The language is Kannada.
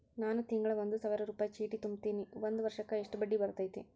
ನಾನು ತಿಂಗಳಾ ಒಂದು ಸಾವಿರ ರೂಪಾಯಿ ಚೇಟಿ ತುಂಬತೇನಿ ಒಂದ್ ವರ್ಷಕ್ ಎಷ್ಟ ಬಡ್ಡಿ ಬರತೈತಿ?